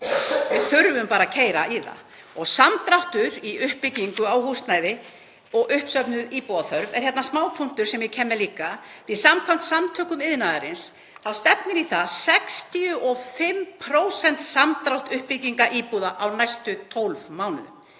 Við þurfum bara að keyra í það. Samdráttur í uppbyggingu á húsnæði og uppsöfnuð íbúðaþörf er smá punktur sem ég kem með líka því að samkvæmt Samtökum iðnaðarins þá stefnir í 65% samdrátt í uppbyggingu íbúða á næstu 12 mánuðum,